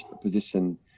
position